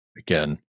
Again